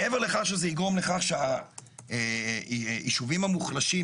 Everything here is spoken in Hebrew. מעבר לכך שזה יגרום לכך שהישובים המוחלשים,